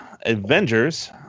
Avengers